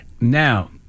Now